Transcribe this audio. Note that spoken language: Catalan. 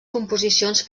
composicions